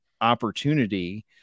opportunity